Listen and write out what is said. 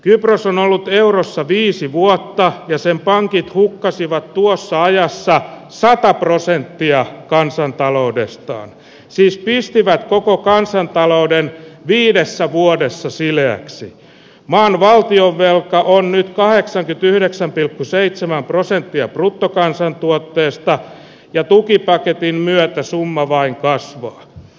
kypros on ollut eurossa viisi vuotta jäsenpankit hukkasivat tuossa ajassa sata prosenttia kansantaloudesta on siis viestivät koko kansantalouden viidessä vuodessa sileäksi maan valtion velka on nyt kaheksankytyhdeksän pilkku seitsemän prosenttia bruttokansantuotteesta ja tukipaketin myötä summa vain kasvaa